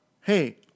hey